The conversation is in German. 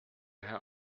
herr